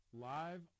live